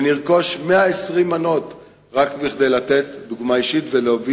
ונרכוש 120 מנות רק כדי לתת דוגמה אישית ולהביע